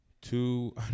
Two